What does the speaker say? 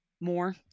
more